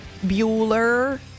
Bueller